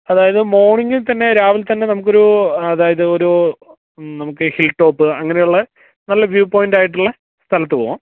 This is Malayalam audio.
അതായത് മോർണിങ്ങില് തന്നെ രാവിലെ തന്നെ നമുക്കൊരു അതായത് ഒരു നമുക്ക് ഹിൽടോപ്പ് അങ്ങനെയുള്ള നല്ല വ്യൂപോയിൻറ്റായിട്ടുള്ള സ്ഥലത്ത് പോകാം